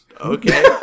Okay